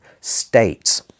states